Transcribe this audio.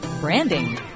branding